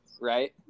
Right